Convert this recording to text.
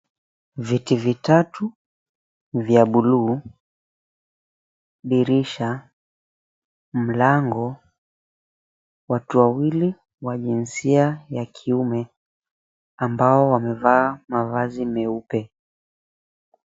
Viti vitatu vya buluu, dirisha, mlango, watu wawili wa jinsia ya kiume ambao wamevaa mavazi meupe.